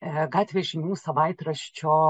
gatvės žinių savaitraščio